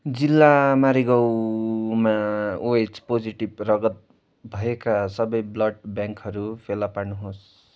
जिल्ला मारिगाउँमा O H positive रगत भएका सबै ब्लड ब्याङ्कहरू फेला पार्नुहोस्